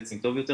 ולדאוג יותר,